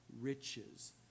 riches